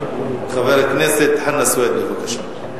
חבר הכנסת חנא סוייד, בבקשה.